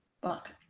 book